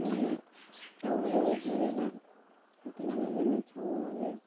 my अब गुरुजी होइन त्यहाँदेखिन् हामी भेट्नेछौँ अनि